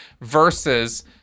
versus